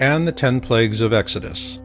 and the ten plagues of exodus